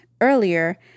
earlier